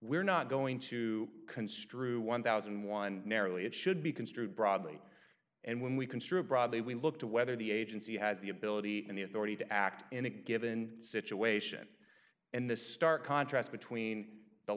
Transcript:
we're not going to construe one thousand and one narrowly it should be construed broadly and when we construe broadly we look to whether the agency has the ability and the authority to act in a given situation and the stark contrast between the